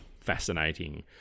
fascinating